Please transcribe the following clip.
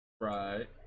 Right